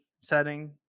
setting